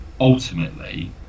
ultimately